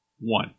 one